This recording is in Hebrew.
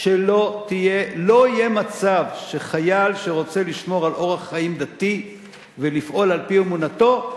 לא יהיה מצב שחייל שרוצה לשמור על אורח חיים דתי ולפעול על-פי אמונתו,